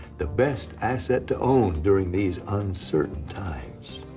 the best asset to own during these uncertain times.